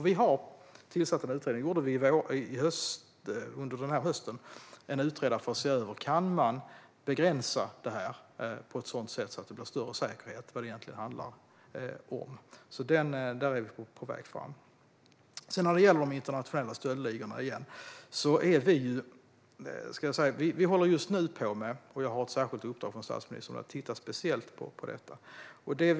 Vi har under hösten tillsatt en utredning för att se över om man kan begränsa det här på ett sådant sätt att det blir större säkerhet om vad det egentligen handlar om. Där är vi på väg fram. När det gäller de internationella stöldligorna håller vi just nu på med ett särskilt uppdrag som jag fått från statsministern.